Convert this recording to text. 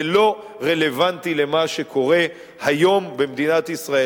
זה לא רלוונטי למה שקורה היום במדינת ישראל.